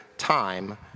time